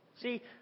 See